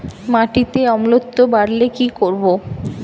মাটিতে অম্লত্ব বাড়লে কি করব?